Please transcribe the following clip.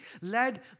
led